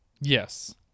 Yes